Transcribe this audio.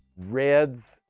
reds,